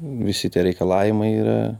visi tie reikalavimai yra